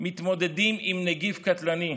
מתמודדים עם נגיף קטלני.